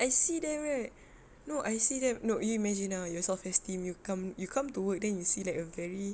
I see them right no I see them no you imagine ah your self-esteem you come you come to work then you see like a very